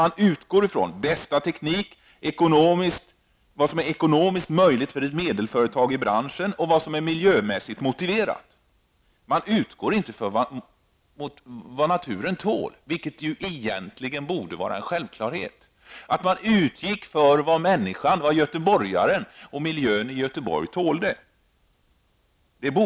Man utgår från den bästa tekniken, från vad som är ekonomiskt möjligt för ett medelstort företag i branschen och från vad som är miljömässigt motiverat. Men man utgår inte från vad naturen tål, något som det egentligen borde vara självklart att man gjorde. Man borde alltså utgå från vad göteborgaren och miljön i Göteborg tål.